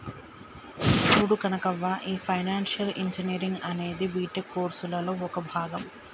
చూడు కనకవ్వ, ఈ financial engineering అనేది బీటెక్ కోర్సులలో ఒక భాగం